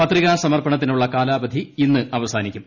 പത്രികാസമർപ്പണത്തിനുള്ള കാലാവധി ഇന്ന് അവസാനിക്കും